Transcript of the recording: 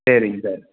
சரிங்க சார்